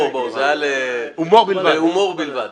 זה היה להומור בלבד.